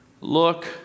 Look